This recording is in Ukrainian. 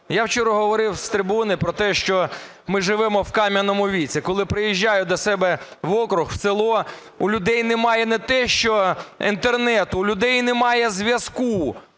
Я вчора говорив з трибуни про те, що ми живемо в кам'яному віці. Коли приїжджаю до себе в округ, в село, у людей немає не те, що Інтернету, у людей немає зв'язку,